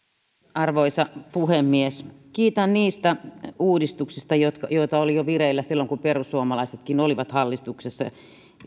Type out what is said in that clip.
arvoisa puhemies kiitän niistä uudistuksista joita oli vireillä jo silloin kun perussuomalaisetkin olivat hallituksessa